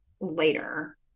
later